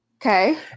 Okay